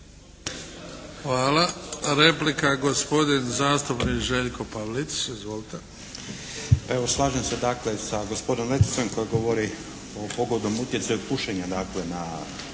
Hvala. Replika gospodin zastupnik Željko Pavlic. Izvolite. **Pavlic, Željko (MDS)** Evo slažem se dakle sa gospodinom Leticom koji govori o pogodnom utjecaja pušenja dakle